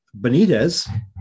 Benitez